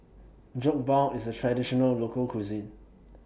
Jokbal IS A Traditional Local Cuisine